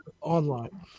online